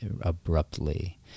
abruptly